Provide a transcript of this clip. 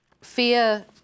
Fear